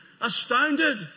astounded